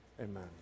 amen